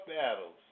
battles